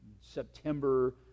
September